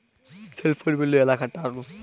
Cell phone bill ఎలా కట్టారు?